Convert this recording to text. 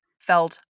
felt